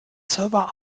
server